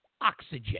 oxygen